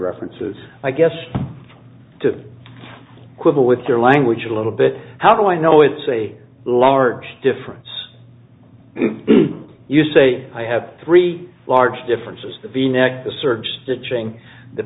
references i guess to quibble with your language a little bit how do i know it's a large difference you say i have three large differences the v neck the surge stitching the